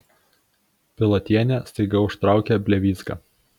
pilotienė staiga užtraukia blevyzgą